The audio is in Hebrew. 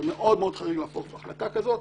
אפשר להפוך החלטה כזאת.